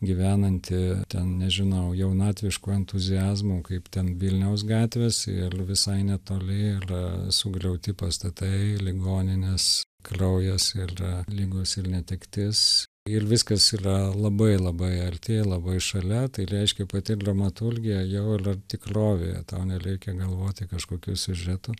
gyvenanti ten nežinau jaunatvišku entuziazmu kaip ten vilniaus gatvės ir visai netoli yra sugriauti pastatai ligoninės kraujas ir ligos ir netektis ir viskas yra labai labai arti labai šalia tai reiškia pati dramaturgija jau yra tikrovėje tau nereikia galvoti kažkokių siužetų